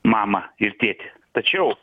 mamą ir tėtį tačiau